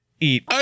eat